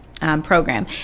program